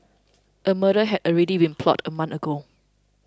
a murder had already been plotted a month ago